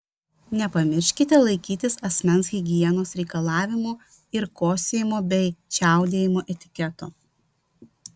nepamirškite laikytis asmens higienos reikalavimų ir kosėjimo bei čiaudėjimo etiketo